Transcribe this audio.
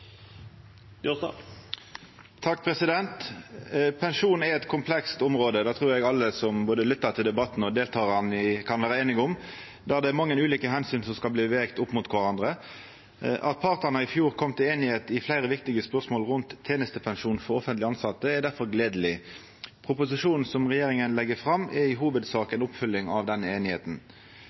eit komplekst område. Det trur eg alle som lyttar til debatten og deltek i han, kan vera einige om. Det er mange ulike omsyn som skal vegast opp mot kvarandre. At partane i fjor kom til einigheit i fleire viktige spørsmål rundt tenestepensjon for offentleg tilsette, er difor gledeleg. Proposisjonen, som regjeringa har lagt fram, er i hovudsak ei oppfølging av denne einigheita.